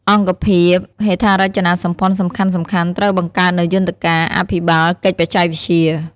អង្គភាពហេដ្ឋារចនាសម្ព័ន្ធសំខាន់ៗ ត្រូវបង្កើតនូវយន្តការអភិបាលកិច្ចបច្ចេកវិទ្យា។